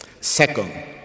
Second